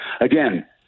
again